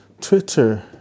Twitter